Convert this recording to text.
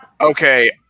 Okay